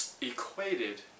equated